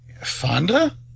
Fonda